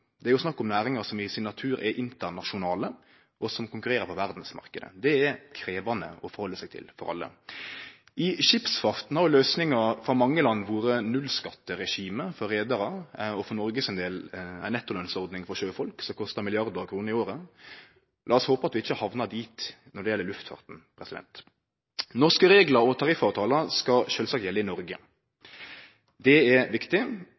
er snakk om næringar som i sin natur er internasjonale, og som konkurrerer på verdsmarknaden. Det er krevjande å halde seg til for alle. I skipsfarten har løysinga for mange land vore nullskatteregime for reiarar, og for Noreg sin del ei nettolønsordning for sjøfolk som kostar milliardar av kroner i året. La oss håpe at vi ikkje hamnar der når det gjeld luftfarten. Norske reglar og tariffavtaler skal sjølvsagt gjelde i Norge. Det er viktig.